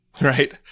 Right